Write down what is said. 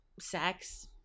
sex